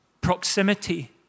proximity